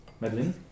Madeline